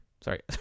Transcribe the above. Sorry